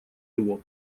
его